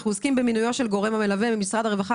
אנחנו עוסקים במינויו של גורם מלווה ממשרד הרווחה,